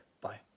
Bye